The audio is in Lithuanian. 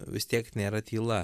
vis tiek nėra tyla